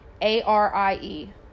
a-r-i-e